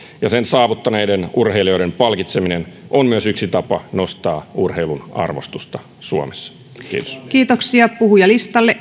ja sen saavuttaneiden urheilijoiden palkitseminen on myös yksi tapa nostaa urheilun arvostusta suomessa kiitos kiitoksia puhujalistalle